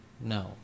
no